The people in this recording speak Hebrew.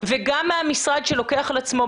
מבקשת מהמשרד שלוקח על עצמו,